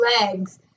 legs